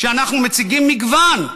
שאנחנו מציגים מגוון.